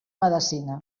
medecina